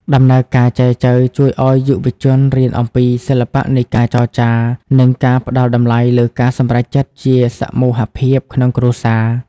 ដំណើរការចែចូវជួយឱ្យយុវជនរៀនអំពី "សិល្បៈនៃការចរចា" និងការផ្ដល់តម្លៃលើការសម្រេចចិត្តជាសមូហភាពក្នុងគ្រួសារ។